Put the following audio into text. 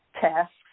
tasks